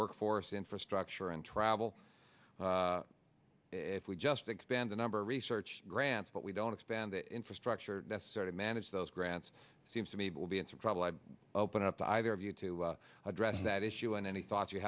workforce infrastructure and travel if we just expand the number of research grants but we don't expand the infrastructure necessary to manage those grants seems to me will be in some trouble i open up to either of you to address that issue and any thoughts you